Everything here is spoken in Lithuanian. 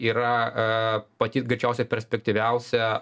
yra a pati greičiausia perspektyviausia